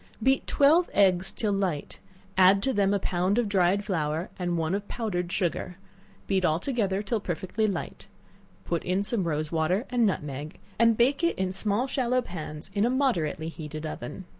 beat twelve eggs till light add to them a pound of dried flour and one of powdered sugar beat all together till perfectly light put in some rose water and nutmeg, and bike it in small shallow pans in a moderately heated oven.